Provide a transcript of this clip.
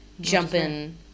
jumping